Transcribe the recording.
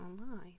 online